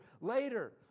Later